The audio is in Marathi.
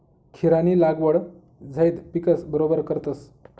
खीरानी लागवड झैद पिकस बरोबर करतस